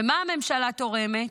מה הממשלה תורמת?